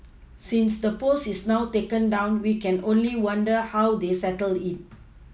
since the post is now taken down we can only wonder how they settled it